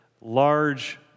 large